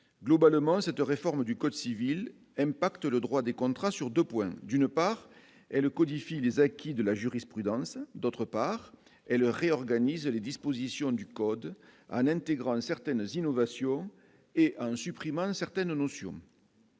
globalement, cette réforme du code civil, M. pacte le droit des contrats sur 2 points : d'une part et le codifie les acquis de la jurisprudence, d'autre part, et le réorganiser les dispositions du code à l'intégrer certaines innovations et un supprimant certaines notions.